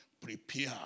prepare